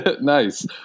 Nice